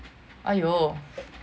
!aiyo!